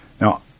Now